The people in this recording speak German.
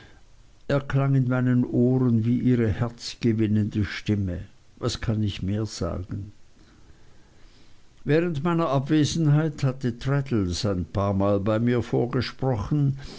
er klang in meinen ohren wie ihre herzgewinnende stimme was kann ich mehr sagen während meiner abwesenheit hatte traddles ein paarmal bei mir vorgesprochen